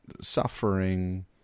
suffering